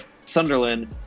Sunderland